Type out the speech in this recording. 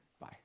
Bye